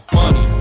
money